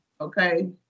Okay